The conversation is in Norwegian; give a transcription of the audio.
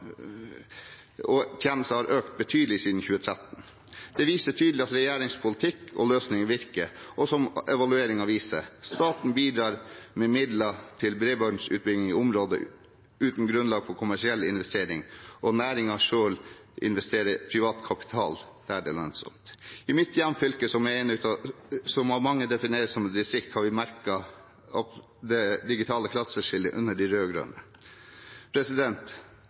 kommunale tjenester. Investeringene i ekomnett og ekomtjenester har økt betydelig siden 2013. Det viser tydelig at regjeringens politikk og løsninger virker, og som evalueringen viser: Staten bidrar med midler til bredbåndsutbygging i områder uten grunnlag for kommersiell investering, og næringen selv investerer privat kapital der det er lønnsomt. I mitt hjemfylke, Finnmark, som av mange defineres som distrikt, har vi merket det digitale klasseskillet under de